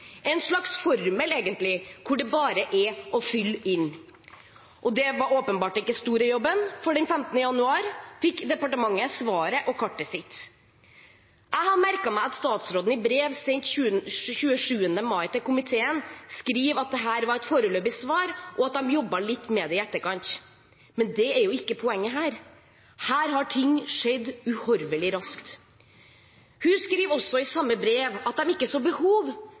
en slags formel, egentlig, hvor det bare er å fylle inn. Det var åpenbart ikke store jobben, for den 15. januar fikk departementet svaret og kartet sitt. Jeg har merket meg at statsråden i brev sendt 27. mai til komiteen skriver at dette var et foreløpig svar, og at de jobbet litt med det i etterkant. Men det er ikke poenget her. Her har ting skjedd uhorvelig raskt. Hun skriver også i samme brev at de ikke så behov